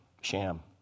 sham